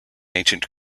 ancient